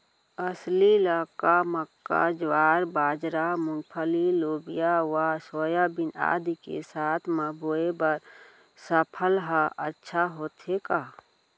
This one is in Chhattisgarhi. अलसी ल का मक्का, ज्वार, बाजरा, मूंगफली, लोबिया व सोयाबीन आदि के साथ म बोये बर सफल ह अच्छा होथे का?